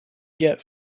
get